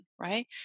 right